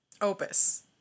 opus